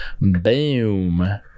boom